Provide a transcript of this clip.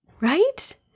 Right